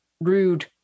rude